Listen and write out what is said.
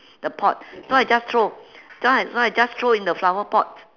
the pot so I just throw just I throw I just throw in the flower pot